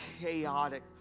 chaotic